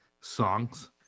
songs